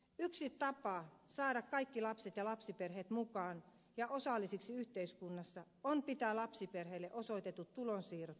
yksi tapa saada kaikki lapset ja lapsiperheet mukaan ja osallisiksi yhteiskunnassa on pitää lapsiperheille osoitetut tulonsiirrot kohtuullisella tasolla